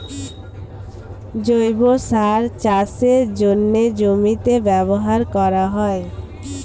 জৈব সার চাষের জন্যে জমিতে ব্যবহার করা হয়